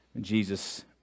Jesus